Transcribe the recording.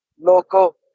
loco